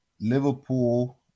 Liverpool